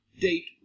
date